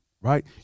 right